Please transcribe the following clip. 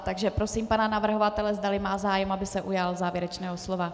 Takže prosím pana navrhovatele, zdali má zájem, aby se ujal závěrečného slova.